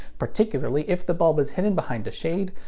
particularly if the bulb is hidden behind a shade,